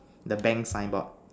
the bank sign board